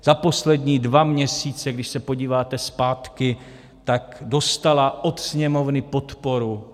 Za poslední dva měsíce, když se podíváte zpátky, tak dostala od Sněmovny podporu.